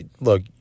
look